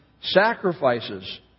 sacrifices